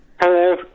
Hello